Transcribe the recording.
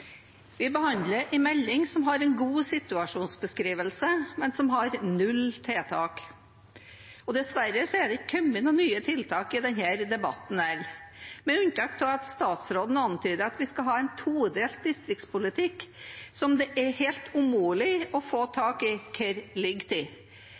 situasjonsbeskrivelse, men som har null tiltak. Dessverre har det ikke kommet noen nye tiltak i denne debatten heller, med unntak av at statsråden antydet at vi skal ha en todelt distriktspolitikk, og det er helt umulig å få